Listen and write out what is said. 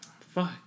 fuck